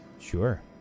Sure